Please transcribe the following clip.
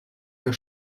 der